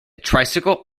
tricycle